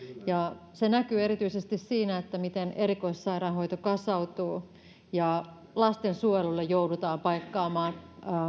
ja se näkyy erityisesti siinä miten erikoissairaanhoito kasautuu ja lastensuojelulla joudutaan paikkaamaan